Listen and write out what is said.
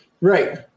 Right